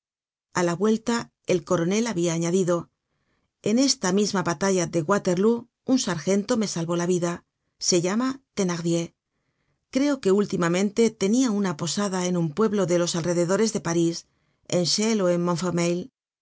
a la vuelta el coronel habia añadido en esta misma batalla de waterlóo un sargento me salvó la vida se llama íthenardier creo que últimamente tenia una posada en un pueblo de los alrededores de parís en chelles ó en